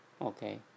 Okay